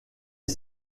est